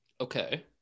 Okay